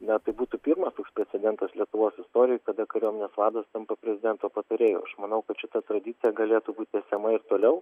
na tai būtų pirmas toks precedentas lietuvos istorijoj kada kariuomenės vadas tampa prezidento patarėju aš manau kad šita tradicija galėtų būt tęsiama ir toliau